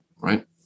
right